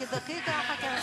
תסיים, תסיים.